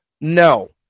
No